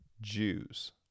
Jews